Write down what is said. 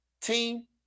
team